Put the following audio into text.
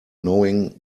knowing